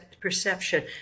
perception